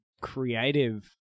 creative